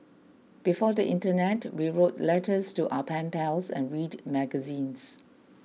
before the internet we wrote letters to our pen pals and read magazines